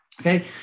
okay